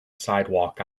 sidewalk